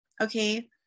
okay